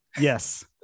yes